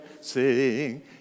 sing